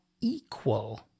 equal